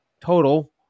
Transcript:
total